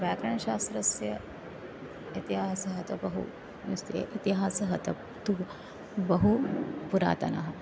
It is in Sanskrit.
व्याकरणशास्त्रस्य इतिहासः तु बहु अस्ति इतिहासः तु तु बहु पुरातनः